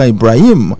Ibrahim